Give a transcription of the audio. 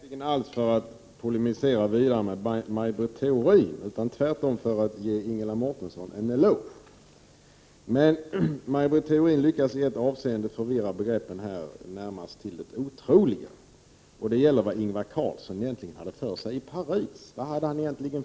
Herr talman! Jag hade inte alls begärt ordet för att polemisera vidare mot Maj Britt Theorin, utan tvärtom för att ge Ingela Mårtensson en eloge. Men Maj Britt Theorin lyckas i ett avseende förvirra begreppen närmast till det otroliga, och det gäller vad Ingvar Carlsson egentligen hade för sig i Paris. Vad hade han för sig?